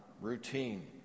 routine